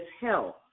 health